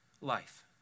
life